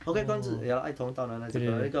hokkien 管是 ya lah 爱同道南那些 lor 一个